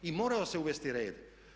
I moralo se uvesti reda.